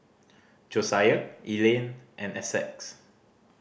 Josiah Elaine and Essex